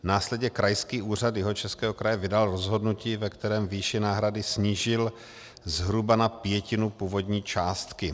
Následně Krajský úřad Jihočeského kraje vydal rozhodnutí, ve kterém výši náhrady snížil zhruba na pětinu původní částky.